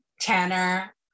tanner